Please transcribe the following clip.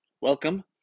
Welcome